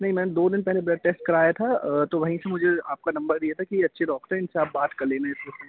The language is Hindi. नहीं मैम दो दिन पहले ब्लड टेस्ट कराया था तो वहीं से मुझे आपका नंबर दिया था कि ये अच्छे डॉक्टर हैं इनसे आप बात कर लेना इस विषय में